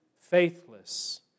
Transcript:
faithless